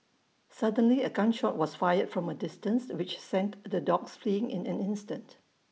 suddenly A gun shot was fired from A distance which sent the dogs fleeing in an instant